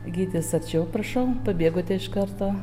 gytis arčiau prašau pabėgote iš karto